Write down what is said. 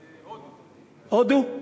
הודו?